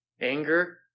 anger